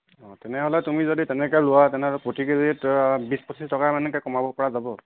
অঁ তেনেহ'লে তুমি যদি তেনেকৈ লোৱা তেনেহ'লে প্ৰতি কেজিত বিশ পঁচিশ টকা মানকৈ কমাব পৰা যাব